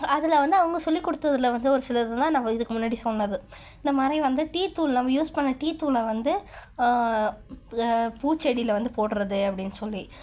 அதில் வந்து அவங்க சொல்லிக்கொடுத்ததுல வந்து ஒரு சிலதுதான் நம்ம இதுக்கு முன்னாடி சொன்னது இந்தமாதிரி வந்து டீத்தூளெலாம் நம்ம யூஸ் பண்ண டீத்தூளை வந்து பூச்செடியில் வந்து போடுறது அப்படினு சொல்லி